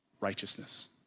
righteousness